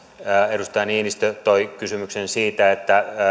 edustaja niinistö toi kysymyksen siitä